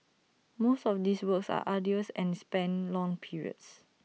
most of these works are arduous and span long periods